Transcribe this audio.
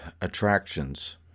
attractions